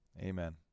Amen